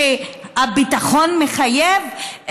שהביטחון מחייב,